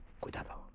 Cuidado